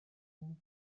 found